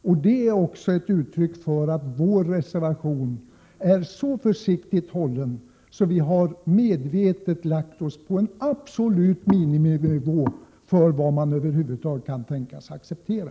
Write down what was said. Därför är också vår reservation så försiktigt hållen. Vi har medvetet krävt en så låg nivå som vi över huvud taget kan tänka oss att acceptera.